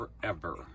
forever